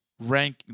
rank